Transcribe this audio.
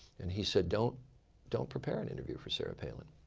and he said, don't don't prepare an interview for sarah palin.